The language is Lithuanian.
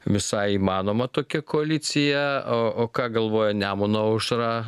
visai įmanoma tokia koalicija o ką galvoja nemuno aušra